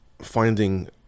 Finding